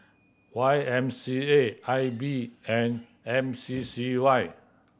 Y M C A I B and M C C Y